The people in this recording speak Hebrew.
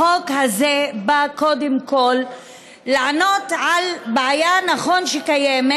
נכון שהחוק הזה בא קודם כול לענות על בעיה שקיימת,